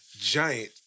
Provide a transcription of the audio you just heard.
giant